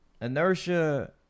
Inertia